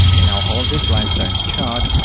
in our holdridge lifezones chart,